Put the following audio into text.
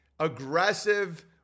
aggressive